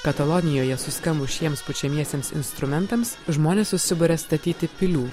katalonijoje suskambus šiems pučiamiesiems instrumentams žmonės susiburia statyti pilių